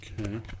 Okay